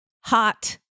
hot